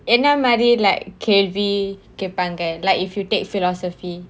என்ன மாறி:enna maari like கேள்வி கேப்பாங்க:kelvi keppaanga like if you take philosophy